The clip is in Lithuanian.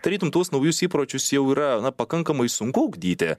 tarytum tuos naujus įpročius jau yra na pakankamai sunku ugdyti